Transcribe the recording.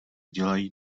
dělají